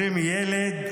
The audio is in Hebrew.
ילד,